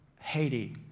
Haiti